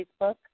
Facebook